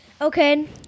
Okay